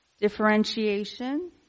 differentiation